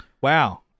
wow